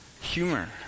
Humor